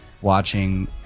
watching